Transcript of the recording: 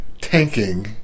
tanking